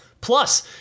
Plus